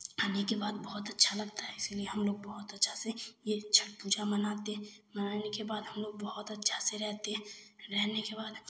आने के बाद बहुत अच्छा लगता है इसलिए हम लोग बहुत अच्छा से ये छठ पूजा मनाते हैं मनाने के बाद हम लोग बहुत अच्छा से रहते हैं रहने के बाद